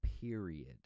period